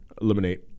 eliminate